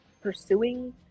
pursuing